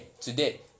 Today